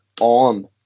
on